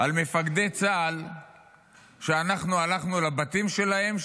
על מפקדי צה"ל שאנחנו הלכנו לבתים שלהם,